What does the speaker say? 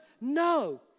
No